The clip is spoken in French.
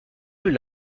plus